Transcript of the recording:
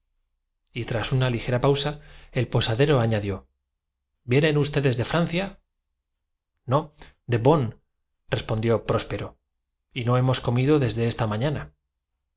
y tras una ligera pausa el posadero añadió vienen ma rineros portadores de una pesada maleta y tres o cuatro bultos los ustedes de francia no de bonn respondió próspero y no hemos marineros dejaron su carga en el comedor y el hombrecillo cogió comido desde esta mañana